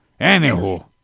Anywho